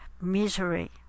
misery